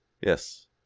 Yes